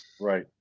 Right